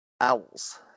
owls